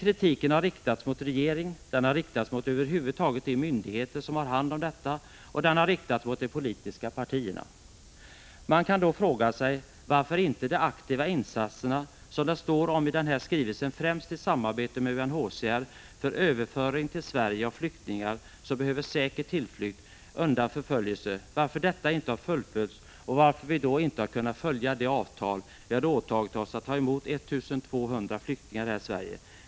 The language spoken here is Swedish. Kritiken har riktats mot regeringen, över huvud taget mot de myndigheter som har hand om dessa frågor och mot de politiska partierna. Man kan då fråga sig varför de aktiva insatser som det står om i den skrivelse som har utarbetats främst i samarbete med UNHCR, för överföring till Sverige av flyktingar som behöver säker tillflykt undan förföljelse, inte har fullföljts och varför vi inte har kunnat följa de avtal enligt vilka vi har åtagit oss att ta emot 1 250 flyktingar här i Sverige.